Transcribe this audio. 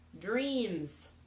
dreams